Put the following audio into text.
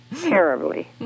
terribly